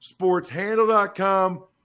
sportshandle.com